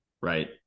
right